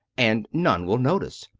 and none will notice.